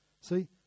See